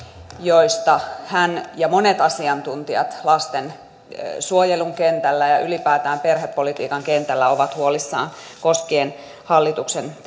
joista hän ja monet asiantuntijat lastensuojelun kentällä ja ylipäätään perhepolitiikan kentällä ovat huolissaan koskien hallituksen